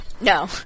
No